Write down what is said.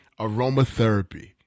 aromatherapy